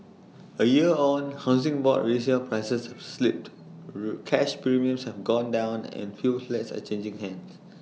A year on Housing Board resale prices have slipped root cash premiums have gone down and fewer flats are changing hands